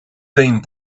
been